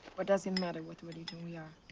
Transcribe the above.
what does it matter what religion we are?